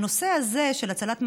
הנושא הזה של הצלת מזון,